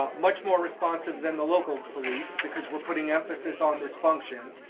um much more responsive than the local police, because we're putting emphasis on this function.